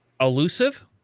elusive